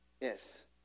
Yes